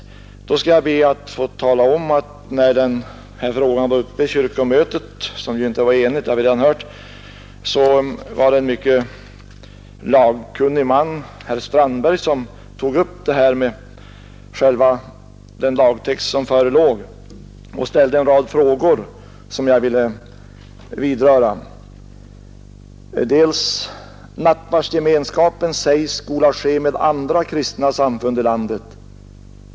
Med anledning därav skall jag be att få tala om att när den här frågan var uppe i kyrkomötet, som ju inte var enigt — det har vi redan hört — var det en mycket lagkunnig man, herr Strandberg, som tog upp det förslag till lagtext som förelåg och ställde en rad frågor som jag vill beröra. Han sade: ”Nattvardsgemenskapen sägs skola ske med andra kristna samfund i landet.